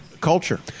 Culture